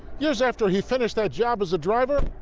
years after he finished that job as a driver,